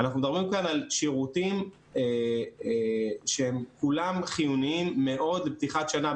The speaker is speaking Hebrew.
מדובר כאן על שירותים שכולם חיוניים מאוד בפתיחת השנה,